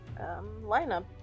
lineup